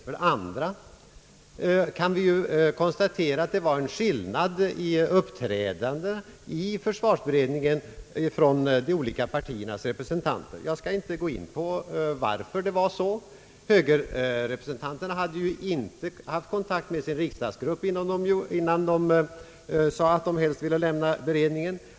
För det andra kan vi konstatera att det förelåg en skillnad 1 uppträdandet i försvarsutredningen mellan de olika partiernas representanter. Jag skall inte gå in på anledningen till detta. Högerrepresentanterna hade inte tagit kontakt med sin riksdagsgrupp innan de meddelade att de helst ville lämna utredningen.